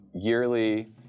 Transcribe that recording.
yearly